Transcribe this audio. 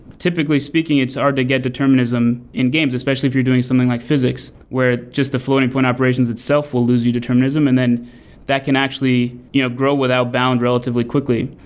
typically speaking, it's hard to get determinism in games, especially if you're doing something like physics, where just the floating-point operations itself will lose your determinism, and then that can actually you know grow without bound relatively quickly.